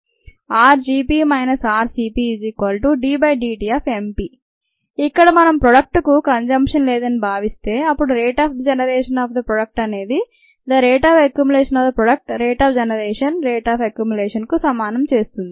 rgP rcPddt ఇక్కడ మనం product కు కనసమ్న్షన్ లేదని భావిస్తే అప్పుడు rate of generation of the product అనేది the rate of accumulation of the product rate of generation rate of accumulation కు సమానం చేస్తుంది